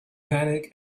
panic